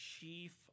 chief